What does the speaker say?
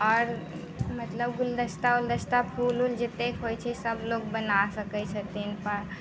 आओर मतलब गुलदस्ता उलदस्ता फूल ऊल जतेक होइत छै सभ लोक बना सकैत छथिन कऽ